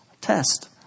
Test